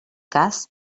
cas